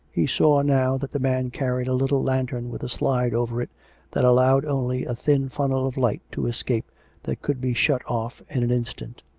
he saw now that the man carried a little lantern with a slide over it that allowed only a thin funnel of light to escape that could be shut off in an instant.